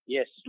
Yes